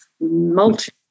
multi